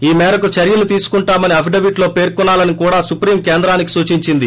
ఈ మేరకు చర్యలు తీసుకుంటామని అఫిడవిట్లో పేర్కొనాలని కూడా సుప్రీం కేంద్రానికి సూచించింది